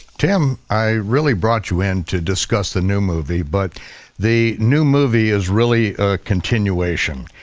tim, i really brought you in to discuss the new movie but the new movie is really a continuation.